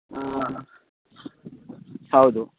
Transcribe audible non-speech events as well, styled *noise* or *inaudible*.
*unintelligible* ಹೌದು